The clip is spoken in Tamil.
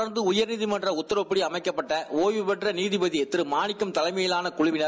தொடர்ந்து உயர்நீதிமன்ற உத்தரவுப்படி அமைக்கப்பட்ட ஒய்வுபெற்ற நீகிப்கி கிரு மாணிக்கம் தலைமையிலாள குழுவினர்